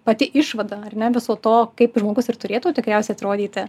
pati išvada ar ne viso to kaip žmogus ir turėtų tikriausiai atrodyti